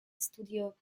studio